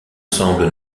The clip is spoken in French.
semble